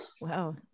wow